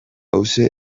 hauxe